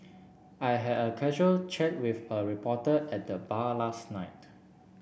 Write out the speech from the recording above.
I had a casual chat with a reporter at the bar last night